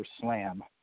slam